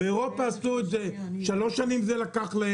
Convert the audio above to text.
באירופה זה לקח להם שלוש שנים,